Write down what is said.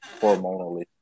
hormonally